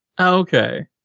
Okay